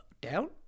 down